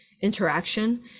interaction